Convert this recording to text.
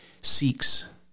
seeks